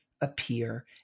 appear